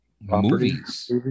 movies